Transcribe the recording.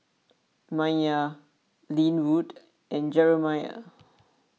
Mya Lynwood and Jeremiah